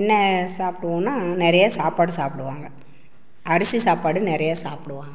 என்ன சாப்பிடுவோம்னா நிறையா சாப்பாடு சாப்பிடுவாங்க அரிசி சாப்பாடு நிறையா சாப்பிடுவாங்க